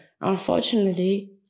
Unfortunately